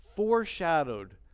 foreshadowed